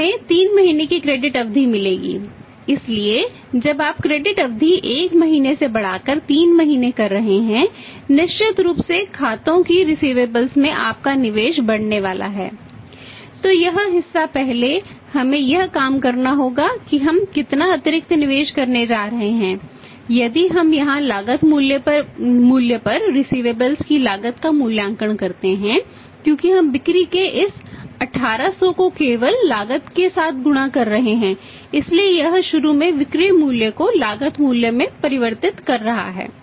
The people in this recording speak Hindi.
अब हमें 3 महीने की क्रेडिट की लागत का मूल्यांकन करते हैं क्योंकि हम बिक्री के इस 1800 को केवल लागत के साथ गुणा कर रहे हैं इसलिए यह शुरू में विक्रय मूल्य को लागत मूल्य में परिवर्तित कर रहा है